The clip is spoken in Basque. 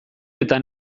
eta